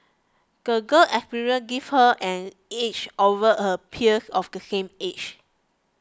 the girl experiences give her an edge over her peers of the same age